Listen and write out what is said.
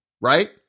right